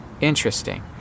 Interesting